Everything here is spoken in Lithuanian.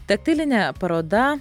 taktilinė paroda